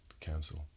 council